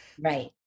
Right